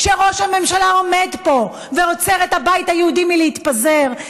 כשראש הממשלה עומד פה ועוצר את הבית היהודי מלהתפזר,